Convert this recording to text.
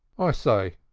i say,